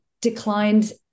declined